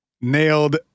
nailed